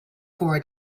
forward